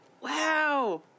Wow